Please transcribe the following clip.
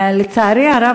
לצערי הרב,